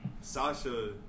Sasha